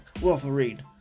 Wolverine